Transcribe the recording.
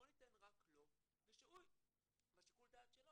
בוא ניתן רק לו, ושהוא, בשיקול הדעת שלו